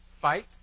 Fight